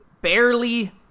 barely